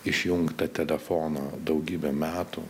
išjungtą telefoną daugybę metų